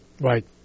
Right